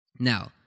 Now